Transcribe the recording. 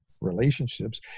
relationships